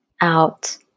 out